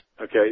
Okay